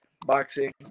boxing